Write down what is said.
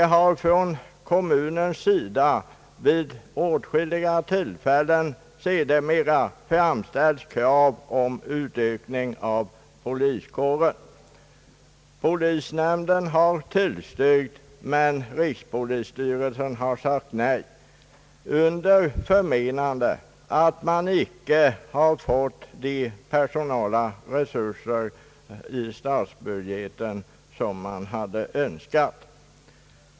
Från kommunens sida har vid åtskilliga tillfällen sedermera framställts krav på utökning av poliskåren. Polisnämnden har tillstyrkt, men rikspolisstyrelsen har sagt nej under förmenande att i statsbudgeten inte givits önskade anslag till utökning av de personella resurserna.